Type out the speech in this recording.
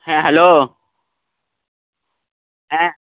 হ্যাঁ হ্যালো হ্যাঁ